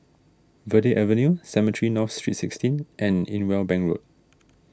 Verde Avenue Cemetry North Street sixteen and Irwell Bank Road